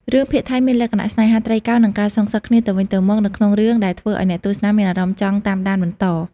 រឿងភាគថៃមានលក្ខណៈស្នេហាត្រីកោណនិងការសងសឹកគ្នាទៅវិញទៅមកនៅក្នុងរឿងដែលធ្វើឲ្យអ្នកទស្សនាមានអារម្មណ៍ចង់តាមដានបន្ត។